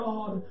God